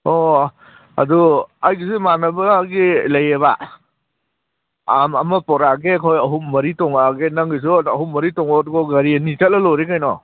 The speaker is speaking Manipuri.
ꯑꯣ ꯑꯗꯨ ꯑꯩꯒꯤꯁꯨ ꯏꯃꯥꯟꯅꯕꯒꯤ ꯂꯩꯌꯦꯕ ꯑꯃ ꯄꯨꯔꯛꯑꯒꯦ ꯑꯩꯈꯣꯏ ꯑꯍꯨꯝ ꯃꯔꯤ ꯇꯣꯡꯉꯛꯑꯒꯦ ꯅꯪꯒꯤꯁꯨ ꯑꯍꯨꯝ ꯃꯔꯤ ꯇꯣꯡꯉꯛꯑꯣ ꯑꯗꯨꯒ ꯒꯥꯔꯤ ꯑꯅꯤ ꯆꯠꯂ ꯂꯣꯏꯔꯦ ꯀꯩꯅꯣ